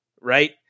right